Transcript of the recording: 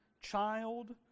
child